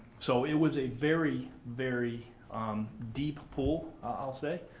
so, it was a very, very deep pool, i'll say.